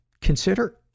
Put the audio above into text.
consider